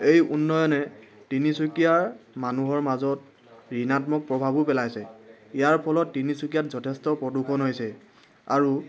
এই উন্নয়নে তিনিচুকীয়াৰ মানুহৰ মাজত ঋণাত্মক প্ৰভাৱো পেলাইছে ইয়াৰ ফলত তিনিচুকীয়াত যথেষ্ট প্ৰদূষণ হৈছে আৰু